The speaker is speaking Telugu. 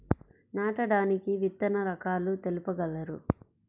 నాటడానికి విత్తన రకాలు తెలుపగలరు?